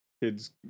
Kids